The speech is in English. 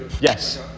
Yes